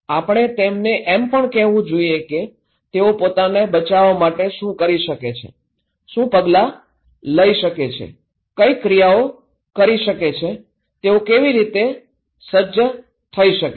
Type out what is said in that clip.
આપણે તેમને એમ પણ કહેવું જોઈએ કે તેઓ પોતાને બચાવવા માટે શું કરી શકે છે શું પગલાં લઇ શકે છે કઇ ક્રિયાઓ કરી શકે છે તેઓ કેવી રીતે સજ્જત થઈ શકે છે